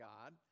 God